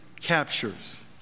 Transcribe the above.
captures